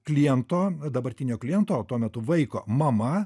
kliento dabartinio kliento o tuo metu vaiko mama